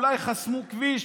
אולי חסמו כביש,